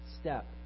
step